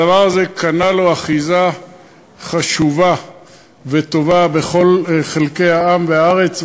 הדבר הזה קנה לו אחיזה חשובה וטובה בכל חלקי העם והארץ,